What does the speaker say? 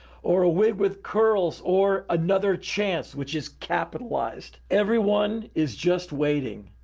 or a wig with curls, or another chance which is capitalized. everyone is just waiting.